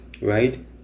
right